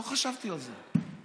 לא חשבתי על זה.